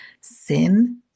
sin